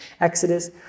Exodus